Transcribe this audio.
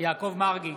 יעקב מרגי,